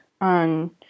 on